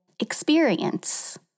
experience